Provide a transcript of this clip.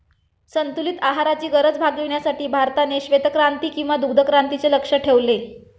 संतुलित आहाराची गरज भागविण्यासाठी भारताने श्वेतक्रांती किंवा दुग्धक्रांतीचे लक्ष्य ठेवले